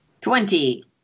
Twenty